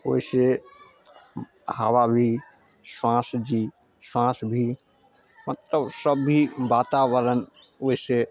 ओइसँ हवा भी साँस जी साँस भी मतलब सब भी वातावरण ओइसँ